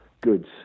goods